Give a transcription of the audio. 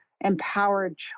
empowered